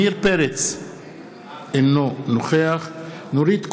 אינו נוכח נורית קורן,